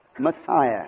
Messiah